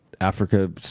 africa